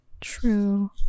true